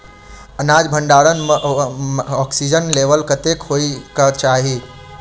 अनाज भण्डारण म ऑक्सीजन लेवल कतेक होइ कऽ चाहि?